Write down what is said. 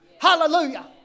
Hallelujah